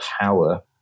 power